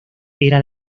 era